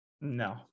No